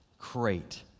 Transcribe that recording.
great